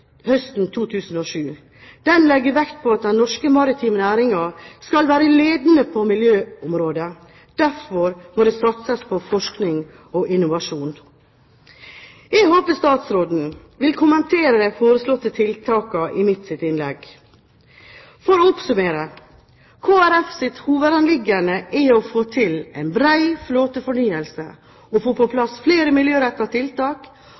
høsten 2007. Den legger vekt på at den norske maritime næringen skal være ledende på miljøområdet. Derfor må det satses på forskning og innovasjon. Jeg håper statsråden vil kommentere de foreslåtte tiltakene i mitt innlegg. For å oppsummere: Kristelig Folkepartis hovedanliggende er å få til en bred flåtefornyelse, å få på plass flere miljørettede tiltak,